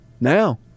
now